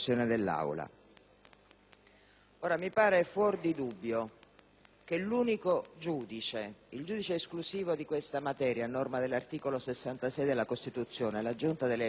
Mi pare fuori di dubbio che l'unico giudice, il giudice esclusivo di questa materia a norma dell'articolo 66 della Costituzione, la Giunta delle elezioni del Senato,